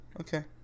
Okay